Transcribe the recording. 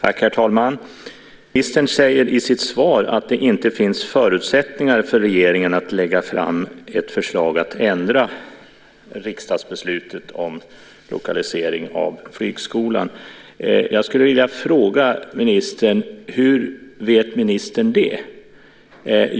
Herr talman! Ministern säger i sitt svar att det inte finns förutsättningar för regeringen att lägga fram ett förslag om att ändra riksdagsbeslutet om lokalisering av flygskolan. Jag skulle vilja fråga ministern: Hur vet ministern det?